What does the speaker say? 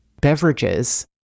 beverages